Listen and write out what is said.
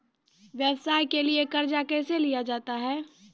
व्यवसाय के लिए कर्जा कैसे लिया जाता हैं?